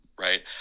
right